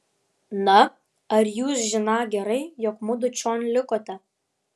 na ar jūs žiną gerai jog mudu čion likote